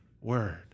Word